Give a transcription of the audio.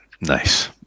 Nice